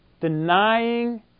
Denying